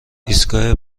ایستگاه